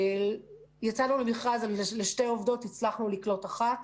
יצאנו למכרז לשתי עובדות והצלחנו לקלוט אחת.